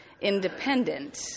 independent